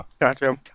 Gotcha